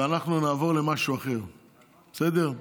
ואנחנו נעבור למשהו אחר, בסדר?